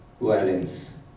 violence